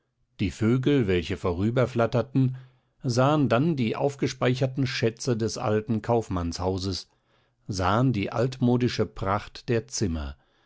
die vögel welche vorüberflatterten sahen dann die aufgespeicherten schätze des alten kaufmannshauses sahen die altmodische pracht der zimmer